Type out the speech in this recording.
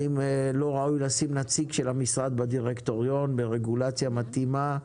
האם לא ראוי לשים נציג של המשרד בדירקטוריון לרגולציה מתאימה?